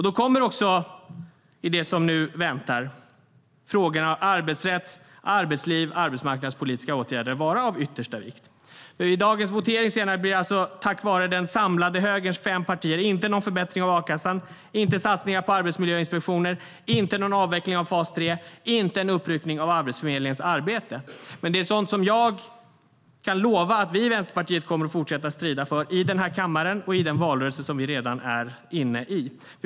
Då kommer också, i det som nu väntar, frågorna om arbetsrätt, arbetsliv och arbetsmarknadspolitiska åtgärder att vara av yttersta vikt. Vid dagens votering senare blir det alltså, tack vare den samlade högerns fem partier, ingen förbättring av a-kassan, inga satsningar på arbetsmiljöinspektioner, ingen avveckling av fas 3 och ingen uppryckning av Arbetsförmedlingens arbete. Men det är sådant som jag kan lova att vi i Vänsterpartiet kommer att fortsätta strida för i den här kammaren och i den valrörelse som vi redan är inne i.